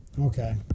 Okay